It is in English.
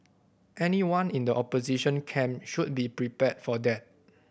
anyone in the opposition camp should be prepared for that